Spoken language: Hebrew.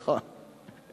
נכון.